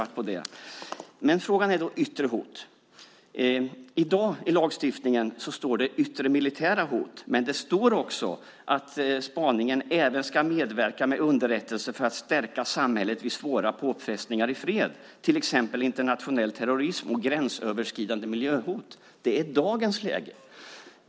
Men så har vi frågan om yttre hot. I dag står det i lagstiftningen "yttre militära hot", men det står också att spaningen även ska medverka med underrättelse för att stärka samhället vid svåra påfrestningar i fred, till exempel internationell terrorism och gränsöverskridande miljöhot. Det är läget i dag.